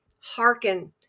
Hearken